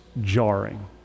jarring